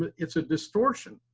it's a distortion